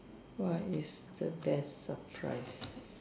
what is the best surprise